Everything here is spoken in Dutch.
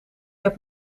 heb